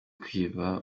kwiba